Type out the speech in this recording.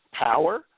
power